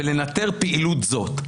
ולנטר פעילות זאת".